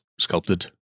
sculpted